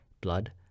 blood